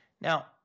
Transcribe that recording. Now